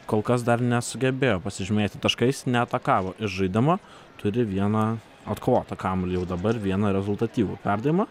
kol kas dar nesugebėjo pasižymėti taškais neatakavo iš žaidimo turi vieną atkovotą kamuolį jau dabar vieną rezultatyvų perdavimą